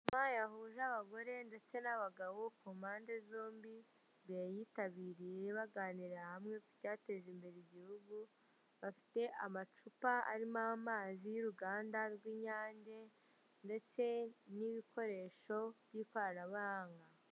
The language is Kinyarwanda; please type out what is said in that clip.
Inama yahuje abagore ndetse n'abagabo kumpande zombi, bayitabiriye baganira hamwe kubyateza imbere igihugu, bafite amacupa arimo amazi y'uruganda rw'inyange, ndetse n'ibikoresho by'ikoranabuhanga.